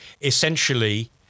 essentially